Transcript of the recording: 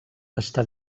està